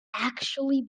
actually